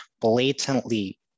blatantly